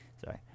Sorry